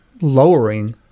lowering